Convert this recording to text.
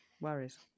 worries